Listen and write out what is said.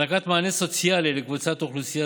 הענקת מענה סוציאלי לקבוצת אוכלוסייה